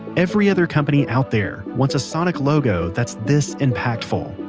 every other company out there wants a sonic logo that's this impactful.